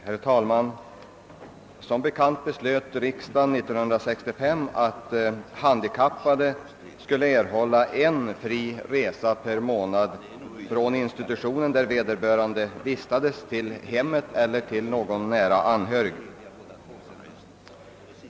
Herr talman! Riksdagen beslöt som bekant 1965 att handikappade skall erhålla en fri resa per månad från den institution där vederbörande vistas till hemmet eller till någon nära anhörig.